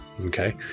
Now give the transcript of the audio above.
Okay